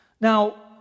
Now